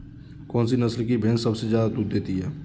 कौन सी नस्ल की भैंस सबसे ज्यादा दूध देती है?